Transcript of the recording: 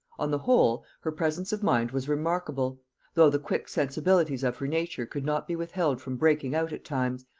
on the whole, her presence of mind was remarkable though the quick sensibilities of her nature could not be withheld from breaking out at times,